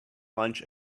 lunch